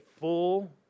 full